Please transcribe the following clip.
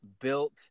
built